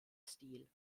stil